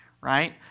right